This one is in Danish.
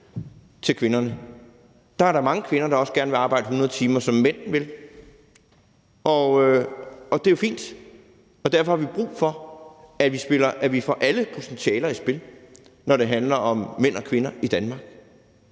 til kvinderne. Der er da mange kvinder, der også gerne vil arbejde 100 timer, som mænd vil, og det er jo fint. Derfor har vi brug for, at vi får alle potentialer i spil, når det handler om mænd og kvinder i Danmark.